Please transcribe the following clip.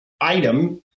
item